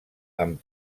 amb